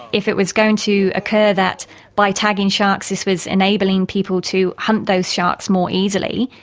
if it was going to occur that by tagging sharks this was enabling people to hunt those sharks more easily,